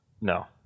No